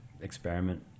experiment